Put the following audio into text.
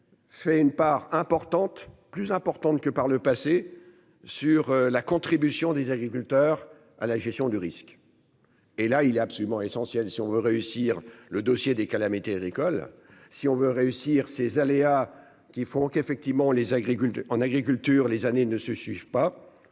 C'est une part importante, plus importante que par le passé sur la contribution des agriculteurs à la gestion du risque. Et là, il est absolument essentiel si on veut réussir le dossier des calamités agricoles. Si on veut réussir ces aléas qui font qu'effectivement les agriculteurs en agriculture, les années ne se suivent pas.